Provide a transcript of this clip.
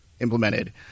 implemented